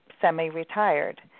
semi-retired